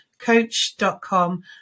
coach.com